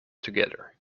together